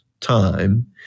time